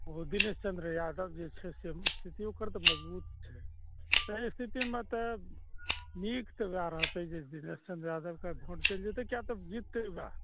ओ दिनेश चन्द्र यादव जे छै से स्थिति ओकर तऽ मजबूत छै तै स्थितिमे तऽ नीक तऽ वएह रहतय जे दिनेश चन्द्र यादवके वोट देल जेतय किएक तऽ जिततय वएह